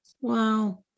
Wow